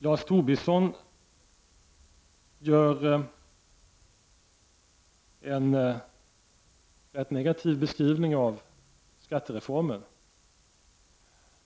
Lars Tobisson gör en rätt negativ beskrivning av skattereformen.